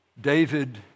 David